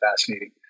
fascinating